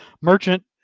merchant